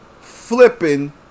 flipping